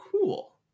cool